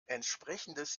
entsprechendes